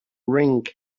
ring